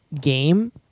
game